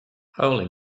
holy